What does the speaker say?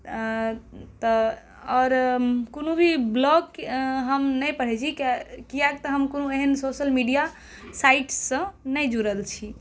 तऽ आओर कोनो भी ब्लॉग हम नहि पढै छी किएक तऽ हम कोनो एहेन सोशल मीडिया साईट सँ नहि जुड़ल छी